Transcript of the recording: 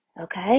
okay